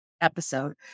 episode